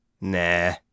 Nah